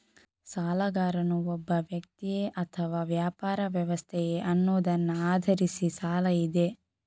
ಸಾಲಗಾರನು ಒಬ್ಬ ವ್ಯಕ್ತಿಯೇ ಅಥವಾ ವ್ಯಾಪಾರ ವ್ಯವಸ್ಥೆಯೇ ಅನ್ನುವುದನ್ನ ಆಧರಿಸಿ ಸಾಲ ಇದೆ